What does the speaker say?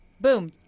boom